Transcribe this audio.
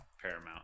Paramount